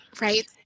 Right